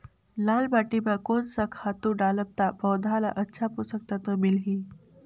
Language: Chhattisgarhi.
लाल माटी मां कोन सा खातु डालब ता पौध ला अच्छा पोषक तत्व मिलही?